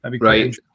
Right